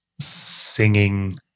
singing